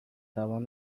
توان